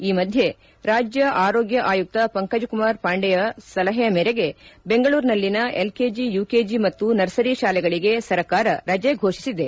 ಈ ಮಧ್ಯೆ ರಾಜ್ಞ ಆರೋಗ್ಯ ಆಯುಕ್ತ ಪಂಕಜ್ ಕುಮಾರ್ ಪಾಂಡೆ ಸಲಹೆ ಮೇರೆಗೆ ಬೆಂಗಳೂರಿನಲ್ಲಿನ ಎಲ್ಕೆಜಿ ಯುಕೆಜಿ ಮತ್ತು ನರ್ಸರಿ ಶಾಲೆಗಳಿಗೆ ಸರ್ಕಾರ ರಜೆ ಫೋಷಿಸಿದೆ